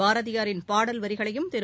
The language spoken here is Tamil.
பாரதியாரின் பாடல் வரிகளையும் திரு